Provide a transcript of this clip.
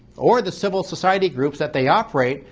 or the civil society groups that they operate,